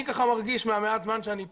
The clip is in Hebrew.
אני מרגיש מהמעט זמן שאני פה,